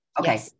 Okay